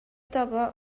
таба